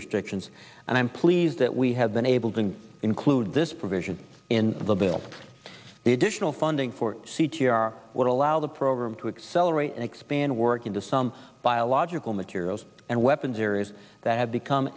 restrictions and i'm pleased that we have been able to include this provision in the bill the additional funding for c t r would allow the program to accelerate and expand work into some biological materials and weapons areas that have become